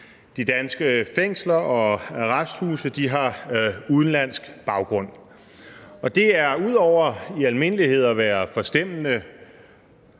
de danske fængsler og arresthuse har udenlandsk baggrund. Og det er ud over i almindelighed at være forstemmende